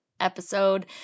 episode